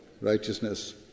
righteousness